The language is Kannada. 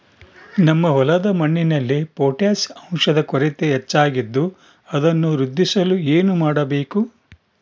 ನಮ್ಮ ಹೊಲದ ಮಣ್ಣಿನಲ್ಲಿ ಪೊಟ್ಯಾಷ್ ಅಂಶದ ಕೊರತೆ ಹೆಚ್ಚಾಗಿದ್ದು ಅದನ್ನು ವೃದ್ಧಿಸಲು ಏನು ಮಾಡಬೇಕು?